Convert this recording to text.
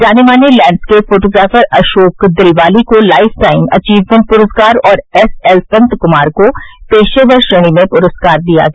जाने माने landscape photographer Ashok Dilwali को लाइफ टाइम अचीवमेंट पुरस्कार और एस एल संतकुमार को पेशेवर श्रेणी में पुरस्कार दिया गया